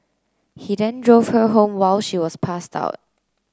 he then drove her home while she was passed out